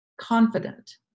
confident